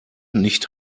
nicht